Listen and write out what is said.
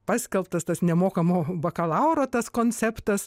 paskelbtas tas nemokamo bakalauro tas konceptas